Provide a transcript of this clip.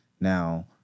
now